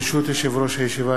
ברשות יושב-ראש הישיבה,